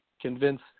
convince